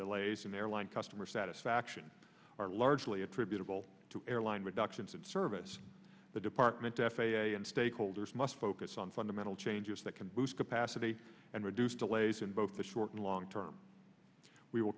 delays in airline customer satisfaction are largely attributable to airline reductions and service the department f a a and stakeholders must focus on fundamental changes that can boost capacity and reduce delays in both the short and long term we will